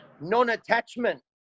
non-attachment